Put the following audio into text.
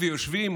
מדברים ויושבים,